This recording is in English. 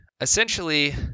Essentially